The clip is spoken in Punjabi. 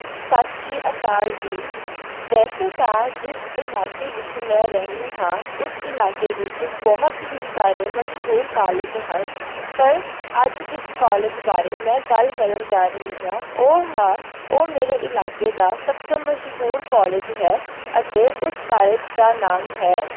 ਸਤਿ ਸ਼੍ਰੀ ਅਕਾਲ ਜੀ ਵੈਸੇ ਤਾਂ ਜਿਸ ਇਲਾਕੇ ਵਿੱਚ ਮੈਂ ਰਹਿੰਦੀ ਹਾਂ ਉਸ ਇਲਾਕੇ ਵਿੱਚ ਬਹੁਤ ਹੀ ਸਾਰੇ ਮਸ਼ਹੂਰ ਕਾਲਜ ਹਨ ਪਰ ਅੱਜ ਇੱਕ ਕਾਲਜ ਬਾਰੇ ਮੈਂ ਗੱਲ ਕਰਨ ਜਾ ਰਹੀ ਹਾਂ ਉਹ ਹੈ ਉਹ ਮੇਰੇ ਇਲਾਕੇ ਦਾ ਸਭ ਤੋਂ ਮਸ਼ਹੂਰ ਕਾਲਜ ਹੈ ਅਤੇ ਉਸ ਕਾਲਜ ਦਾ ਨਾਮ ਹੈ